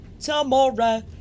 tomorrow